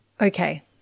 Okay